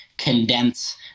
condense